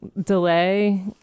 delay